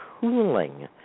cooling